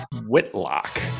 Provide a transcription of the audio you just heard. Whitlock